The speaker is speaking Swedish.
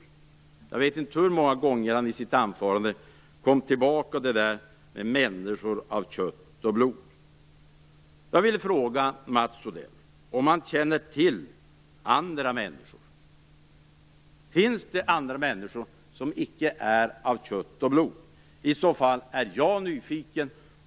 Jag vet inte hur många gånger han i sitt anförande kom tillbaka till "människor av kött och blod". Jag vill fråga Mats Odell om han känner till att det finns andra människor, som inte är av kött och blod. I så fall är jag nyfiken.